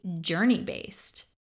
journey-based